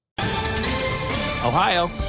Ohio